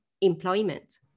employment